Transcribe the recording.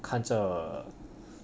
看着